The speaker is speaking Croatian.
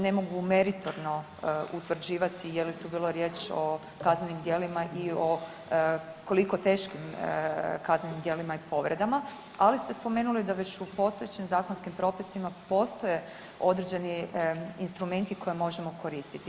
Ne mogu meritorno utvrđivati je li tu bilo riječ o kaznenim djelima i o koliko teškim kaznenim djelima i povredama, ali ste spomenuli da već u postojećim zakonskim propisima postoje određeni instrumenti koje možemo koristiti.